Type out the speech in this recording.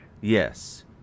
Yes